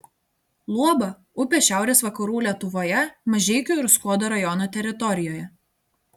luoba upė šiaurės vakarų lietuvoje mažeikių ir skuodo rajonų teritorijoje